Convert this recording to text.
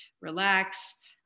relax